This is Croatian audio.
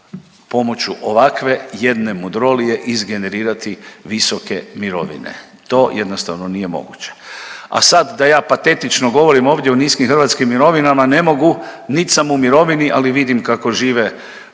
pomoću ovakve jedne mudrolije izgenerirati visoke mirovine, to jednostavno nije moguće. A sad da ja patetično govorim ovdje o niskim hrvatskim mirovinama ne mogu, nit sam u mirovini, ali vidim kako žive